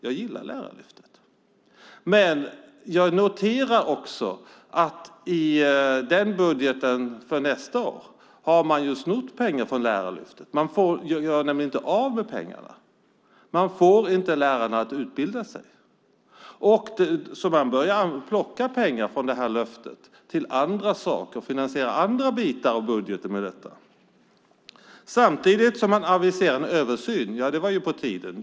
Jag gillar Lärarlyftet, men jag noterar att man i budgeten för nästa år har tagit pengar från Lärarlyftet. Man gör nämligen inte av med pengarna. Man får inte lärarna att utbilda sig så man börjar plocka pengar för att finansiera andra delar i budgeten. Samtidigt aviserar man en översyn. Det är på tiden.